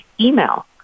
email